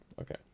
Okay